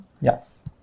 Yes